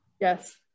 yes